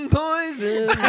poison